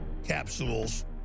capsules